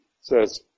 says